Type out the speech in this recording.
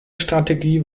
strategie